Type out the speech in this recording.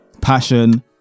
passion